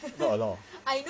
it's not allowed